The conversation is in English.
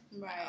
Right